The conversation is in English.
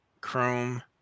chrome